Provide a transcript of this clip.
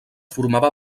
formava